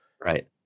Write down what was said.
Right